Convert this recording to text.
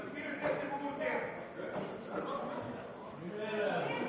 תסביר את הסיפור, ממילא לא יבינו.